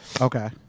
Okay